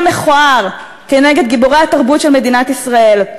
מכוער כנגד גיבורי התרבות של מדינת ישראל.